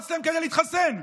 כדי להתחסן.